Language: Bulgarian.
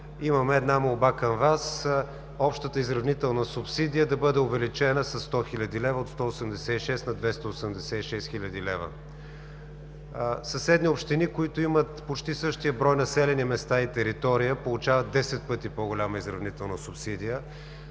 имам една молба към Вас – общата изравнителна субсидия да бъде увеличена със 100 хил. лв., от 186 на 286 хил. лв. Съседни общини, които имат почти същия брой населени места и територия, получават десет пъти по-голяма изравнителна субсидия.